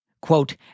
quote